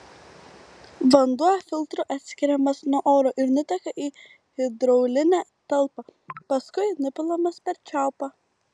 vanduo filtru atskiriamas nuo oro ir nuteka į hidraulinę talpą paskui nupilamas per čiaupą